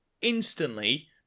instantly